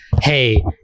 hey